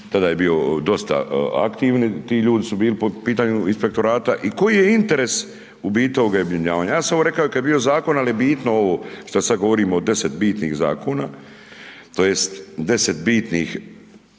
tada je bio dosta aktivni, ti ljudi su bili po pitanju inspektorata, i koji je interes, u biti ovoga objedinjavanja? Ja sam ovo rekao i kad je bio Zakon, al' je bitno ovo šta sad govorim o deset bitnih Zakona, to jest deset bitnih